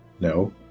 No